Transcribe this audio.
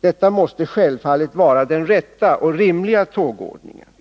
Detta måste självfallet vara den rätta och rimliga tågordningen.